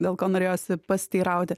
dėl ko norėjosi pasiteirauti